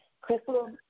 crystal